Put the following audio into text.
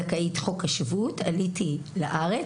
זכאית חוק השבות, עליתי לארץ.